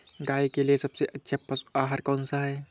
गाय के लिए सबसे अच्छा पशु आहार कौन सा है?